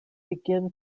begin